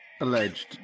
Alleged